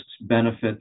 benefits